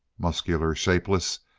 muscular, shapeless,